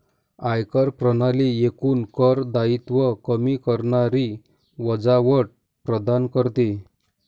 आयकर प्रणाली एकूण कर दायित्व कमी करणारी वजावट प्रदान करते